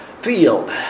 field